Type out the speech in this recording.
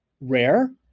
rare